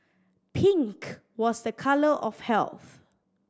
pink was a colour of health